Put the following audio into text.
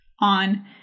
on